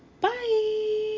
bye